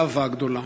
ואהבה גדולה.